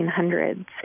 1800s